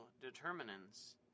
determinants